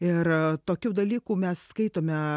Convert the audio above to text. ir tokių dalykų mes skaitome